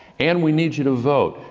and we need you to vote.